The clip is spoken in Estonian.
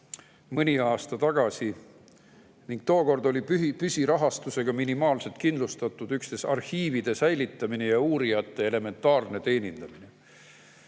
mõni aasta tagasi. Tookord oli püsirahastusega minimaalselt kindlustatud üksnes arhiivide säilitamine ja uurijate elementaarne teenindamine.